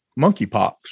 monkeypox